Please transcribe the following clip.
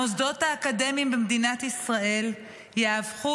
המוסדות האקדמיים במדינת ישראל יהפכו